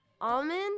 Almond